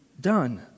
done